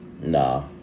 Nah